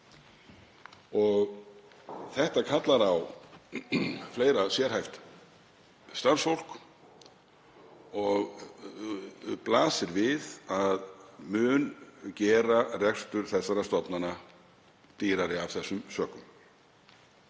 Það kallar á fleira sérhæft starfsfólk og blasir við að mun gera rekstur þessara stofnana dýrari. Önnur